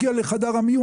מניעת פיגוע חבלני.